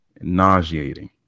nauseating